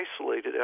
isolated